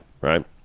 right